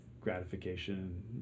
gratification